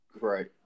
right